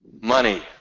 money